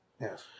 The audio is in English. Yes